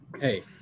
hey –